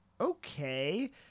Okay